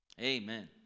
Amen